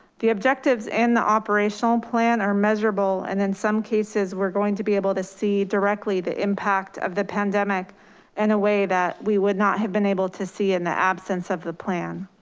the objectives and the operational plan are measurable. and in some cases we're going to be able to see directly the impact of the pandemic in a way that we would not have been able to see in the absence of the plan.